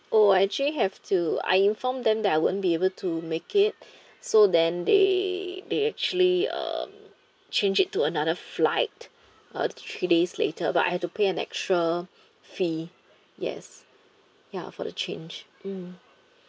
oh I actually have to I inform them that I won't be able to make it so then they they actually um changed it to another flight uh three days later but I have to pay an extra fee yes ya for the change mm